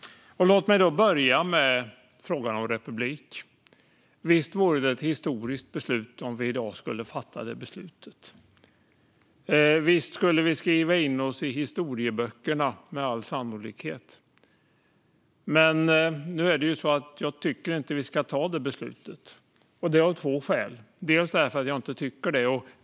Låt mig börja med frågan om republik, herr talman! Visst vore det ett historiskt beslut om vi skulle fatta det i dag. Vi skulle med all sannolikhet skriva in oss i historieböckerna. Jag tycker dock inte att vi ska fatta det beslutet, och det är av två skäl. Det ena är att jag inte tycker det.